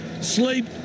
sleep